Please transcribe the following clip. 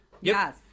Yes